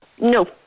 No